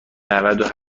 نود